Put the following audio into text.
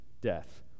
death